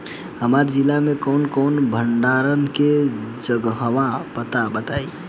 हमरा जिला मे कवन कवन भंडारन के जगहबा पता बताईं?